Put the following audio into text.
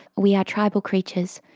we are tribal creatures,